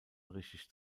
richtig